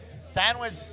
sandwich